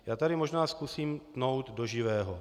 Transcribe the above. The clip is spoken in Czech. Já tady možná zkusím tnout do živého.